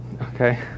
Okay